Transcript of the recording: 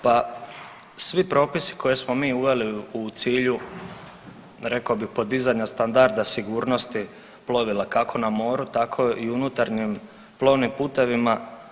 Pa svi Propisi koje smo mi uveli u cilju rekao bih podizanja standarda sigurnosti plovila kako na moru tako i u unutarnjem plovnim putevima.